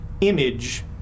image